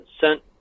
sent